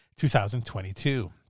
2022